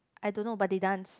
I don't know but they dance